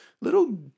little